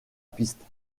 piste